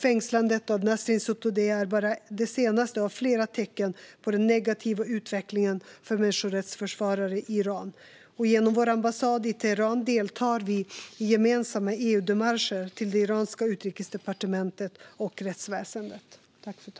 Fängslandet av Nasrin Sotoudeh är bara det senaste av flera tecken på den negativa utvecklingen för människorättsförsvarare i Iran. Genom vår ambassad i Teheran deltar vi i gemensamma EU-démarcher till det iranska utrikesdepartementet och rättsväsendet.